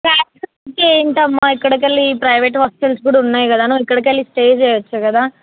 transfer అయితే ఏంటమ్మ ఇక్కడికి వెళ్ళి ప్రైవేట్ హాస్టల్స్ కూడా ఉన్నాయి కదా నువ్వు ఇక్కడికి వెళ్ళి స్టే చేయచ్చు కదా